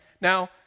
Now